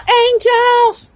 angels